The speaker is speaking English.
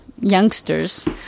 youngsters